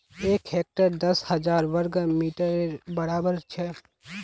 एक हेक्टर दस हजार वर्ग मिटरेर बड़ाबर छे